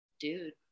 dude